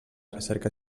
recerca